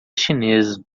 chinesa